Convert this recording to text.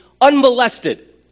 unmolested